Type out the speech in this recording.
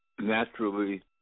naturally